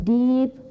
deep